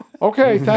Okay